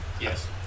Yes